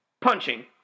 punching